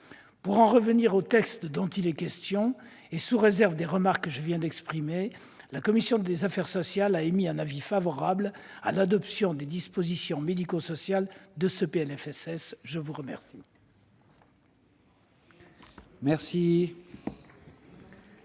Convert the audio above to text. Pour en revenir au texte dont il est question aujourd'hui, et sous réserve des remarques que je viens d'exprimer, la commission des affaires sociales a émis un avis favorable à l'adoption des dispositions médico-sociales du PLFSS. La parole